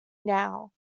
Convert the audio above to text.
now